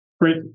Great